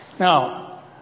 Now